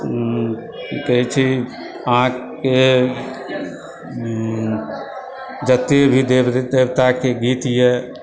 की कहै छै अहाँकेँ जते भी देवताके गीत यऽ